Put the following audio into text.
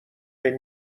بین